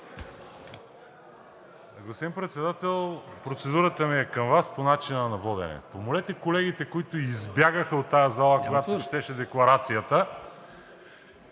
Господин Председател, процедурата ми е към Вас по начина на водене. Помолете колегите, които избягаха от тази зала, когато се четеше декларацията,